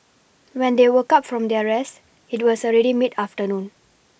when they woke up from their rest it was already mid afternoon